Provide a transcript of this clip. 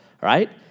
right